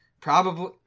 probably-